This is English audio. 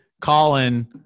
Colin